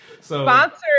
Sponsored